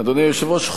אדוני היושב-ראש,